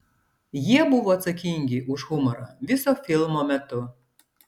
jie buvo atsakingi už humorą viso filmo metu